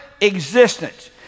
existence